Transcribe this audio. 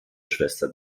schwester